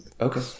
okay